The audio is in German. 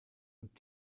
und